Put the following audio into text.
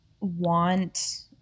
want